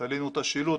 תלינו את השילוט,